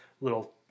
little